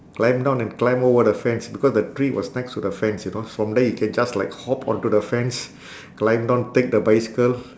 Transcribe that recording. climb down and climb over the fence because the tree was next to the fence you know from there you can just like hop onto the fence climb down take the bicycle